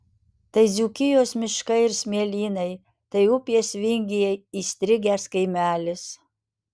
tai dzūkijos miškai ir smėlynai tai upės vingyje įstrigęs kaimelis